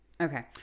Okay